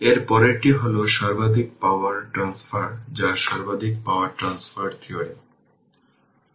এর পরেরটি হল সর্বাধিক পাওয়ার ট্রান্সফার যা সর্বাধিক পাওয়ার ট্রান্সফার থিওরেম